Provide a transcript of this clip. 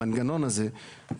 המנגנון הזה,